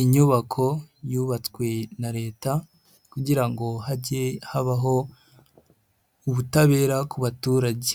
Inyubako yubatswe na Leta kugira ngo hajye habaho ubutabera ku baturage,